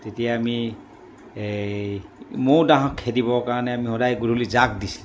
তেতিয়া আমি এই মহ দাঁহক খেদিবৰ কাৰণে আমি সদায় গধূলি জাগ দিছিলোঁ